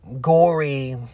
gory